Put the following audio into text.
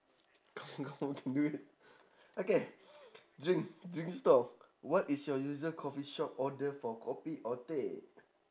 come on come on we can do it okay drink drinks stall what is your usual coffee shop order for kopi or teh